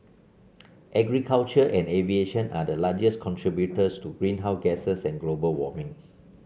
agriculture and aviation are the largest contributors to greenhouse gases and global warming